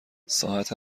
ساعت